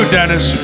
Dennis